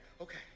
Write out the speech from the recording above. Okay